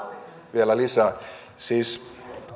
vielä lisää siis